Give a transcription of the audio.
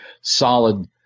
solid